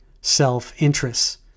self-interests